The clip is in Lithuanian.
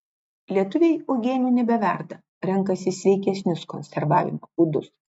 lietuviai uogienių nebeverda renkasi sveikesnius konservavimo būdus